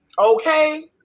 Okay